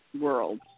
world